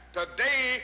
today